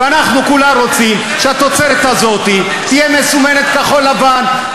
ואנחנו כולה רוצים שהתוצרת הזאת תהיה מסומנת "כחול-לבן",